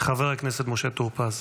חבר הכנסת משה טור פז.